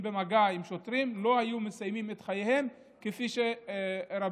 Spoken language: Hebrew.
למגע עם שוטרים לא היו מסיימים את חייהם כפי שרבים,